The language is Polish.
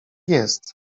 jest